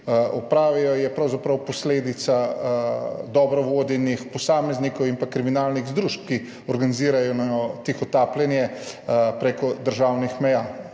opravijo, pravzaprav posledica dobro vodenih posameznikov in kriminalnih združb, ki organizirajo tihotapljenje preko državnih meja.